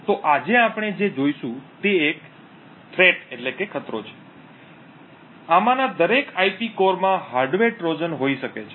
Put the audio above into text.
તો આજે આપણે જે જોશું તે એક ખતરો છે કે આમાંના દરેક IP coreઆઇપી કોરમાં હાર્ડવેર ટ્રોજન હોઈ શકે છે